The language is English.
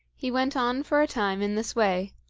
he went on for a time in this way,